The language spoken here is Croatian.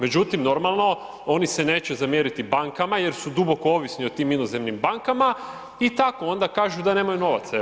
Međutim normalno oni se neće zamjeriti bankama jer su duboko ovisni o tim inozemnim bankama i tako onda kažu da nemaju novaca evo.